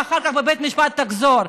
ואחר כך בבית משפט תחזור,